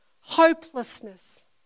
hopelessness